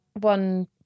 one